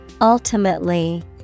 Ultimately